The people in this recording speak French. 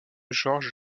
georges